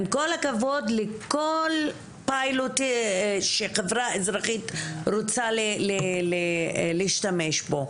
עם כל הכבוד לכל פיילוט שחברה אזרחית רוצה להשתמש בו.